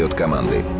commanded